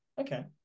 Okay